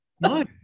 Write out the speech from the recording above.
No